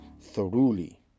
thoroughly